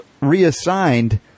reassigned